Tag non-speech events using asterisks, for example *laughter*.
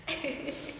*laughs*